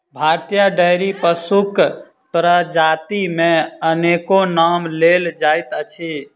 भारतीय डेयरी पशुक प्रजाति मे अनेको नाम लेल जाइत अछि